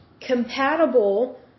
compatible